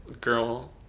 girl